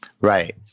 Right